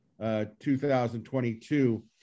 2022